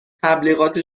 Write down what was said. تبلیغات